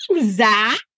Zach